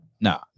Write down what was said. No